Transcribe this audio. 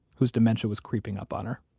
whose dementia was creeping up on her.